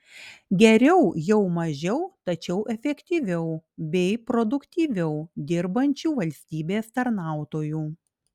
geriau jau mažiau tačiau efektyviau bei produktyviau dirbančių valstybės tarnautojų